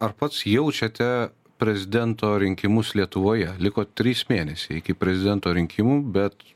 ar pats jaučiate prezidento rinkimus lietuvoje liko trys mėnesiai iki prezidento rinkimų bet